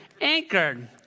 Anchored